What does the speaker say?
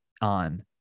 on